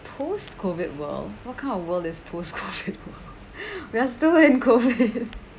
post-COVID world what kind of world is post-COVID world we are still in COVID